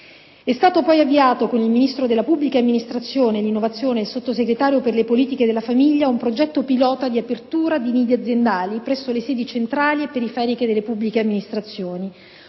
È stato poi avviato con il Ministro della pubblica amministrazione e l'innovazione e il Sottosegretario per le politiche della famiglia un progetto pilota di apertura di nidi aziendali presso le sedi centrali e periferiche delle pubbliche amministrazioni,